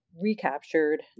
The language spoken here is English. recaptured